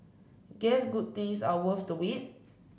guess good things are worth the wait